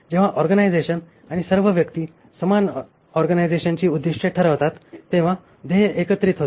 जेव्हा ऑर्गनायझेशन आणि सर्व व्यक्ती समान ऑर्गनायझेशनची उद्दीष्टे ठरवतात तेव्हा ध्येय एकत्रीत होते